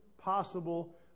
possible